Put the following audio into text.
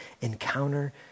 encounter